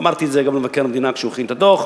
אמרתי את זה גם למבקר המדינה כשהוא הכין את הדוח,